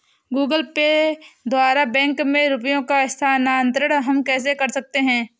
Google Pay द्वारा bank में रुपयों का स्थानांतरण हम कैसे कर सकते हैं?